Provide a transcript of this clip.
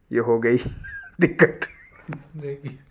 یہ ہو گئی دقت